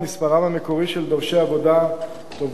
מספרם המקורי של דורשי עבודה תובעי